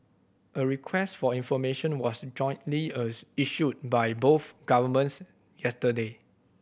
a request for information was jointly issued by both governments yesterday